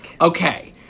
Okay